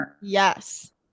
Yes